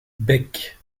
bec